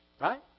Right